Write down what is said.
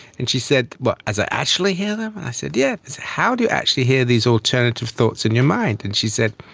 and she said, what? as i actually hear them? and i said, yes, how do you actually hear these alternative thoughts in your mind? and she said,